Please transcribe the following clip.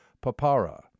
Papara